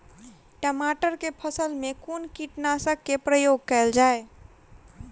टमाटर केँ फसल मे कुन कीटनासक केँ प्रयोग कैल जाय?